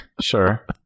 Sure